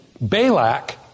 Balak